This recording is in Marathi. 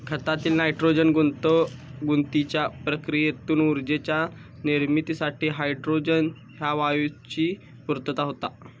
खतातील नायट्रोजन गुंतागुंतीच्या प्रक्रियेतून ऊर्जेच्या निर्मितीसाठी हायड्रोजन ह्या वायूची पूर्तता होता